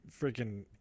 freaking